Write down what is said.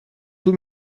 tous